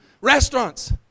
restaurants